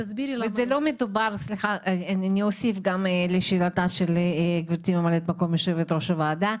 אני אוסיף לשאלתה של גברתי ממלאת מקום יושבת ראש הוועדה.